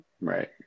Right